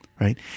right